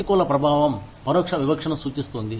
ప్రతికూల ప్రభావం పరోక్ష వివక్షను సూచిస్తుంది